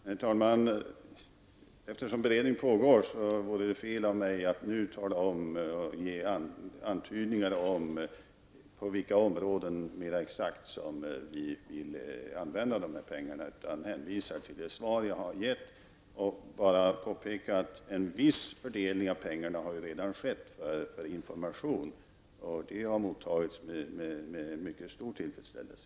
Herr talman! Eftersom beredningen pågår vore det fel av mig att nu ge antydningar om på vilka områden regeringen mer exakt vill använda dessa pengar. Jag hänvisar till det svar som jag har givit. Jag kan dock påpeka att en viss fördelning redan har skett till information, och detta är något som har mottagits med mycket stor tillfredsställelse.